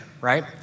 right